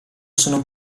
sono